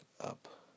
up